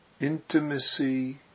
Intimacy